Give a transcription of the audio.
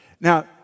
Now